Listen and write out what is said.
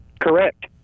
Correct